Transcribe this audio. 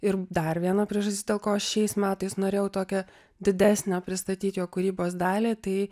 ir dar viena priežastis dėl ko aš šiais metais norėjau tokią didesnę pristatyt jo kūrybos dalį tai